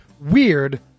weird